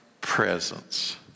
presence